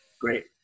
Great